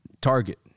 Target